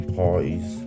parties